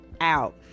out